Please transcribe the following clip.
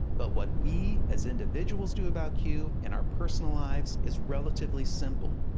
but what we as individuals do about q in our personal lives is relatively simple.